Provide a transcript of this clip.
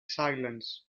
silence